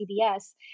CBS